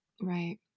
Right